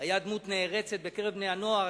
היה דמות נערצת בקרב בני-הנוער,